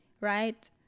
right